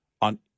on